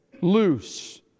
loose